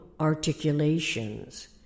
articulations